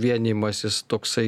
vienijimasis toksai